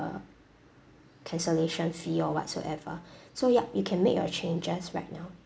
cancellation fee or whatsoever so yup you can make your changes right now